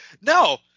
No